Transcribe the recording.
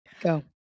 go